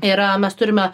yra mes turime